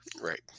Right